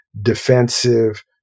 defensive